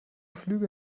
flüge